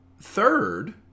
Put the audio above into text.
third